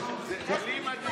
זה בלי מדים